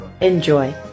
Enjoy